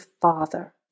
father